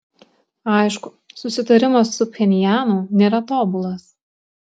aišku susitarimas su pchenjanu nėra tobulas